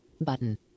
button